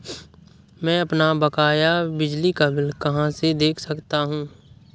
मैं अपना बकाया बिजली का बिल कहाँ से देख सकता हूँ?